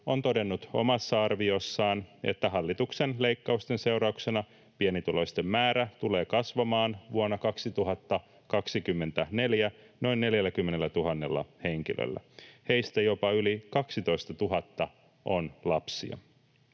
on todennut omassa arviossaan, että hallituksen leikkausten seurauksena pienituloisten määrä tulee kasvamaan vuonna 2024 noin 40 000 henkilöllä. Heistä jopa yli 12 000 on lapsia.